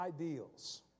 ideals